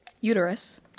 uterus